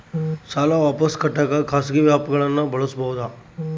ಸಾಲ ವಾಪಸ್ ಕಟ್ಟಕ ಖಾಸಗಿ ಆ್ಯಪ್ ಗಳನ್ನ ಬಳಸಬಹದಾ?